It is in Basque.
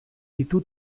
ditu